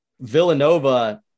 Villanova